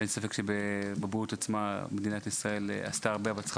אין ספק שמדינת ישראל עשתה הרבה בתחום